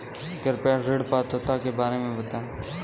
कृपया ऋण पात्रता के बारे में बताएँ?